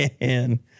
man